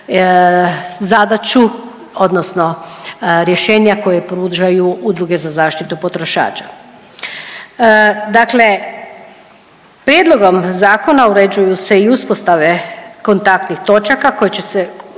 zadaću odnosno rješenja koja pružaju udruge za zaštitu potrošača. Dakle, prijedlogom zakona uređuju se i uspostave kontaktnih točaka koje će se,